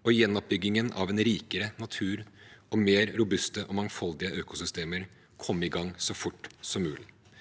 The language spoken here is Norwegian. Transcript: og gjenoppbyggingen av en rikere natur og mer robuste og mangfoldige økosystemer komme i gang så fort som mulig.